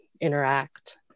interact